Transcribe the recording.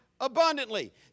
abundantly